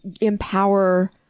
empower